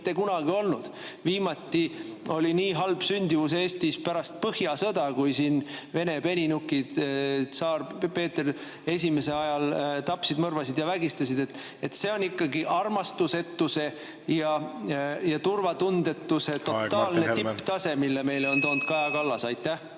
See on ikkagi armastusetuse ja turvatundetuse totaalne tipptase, mille meile on toonud Kaja Kallas. Aitäh!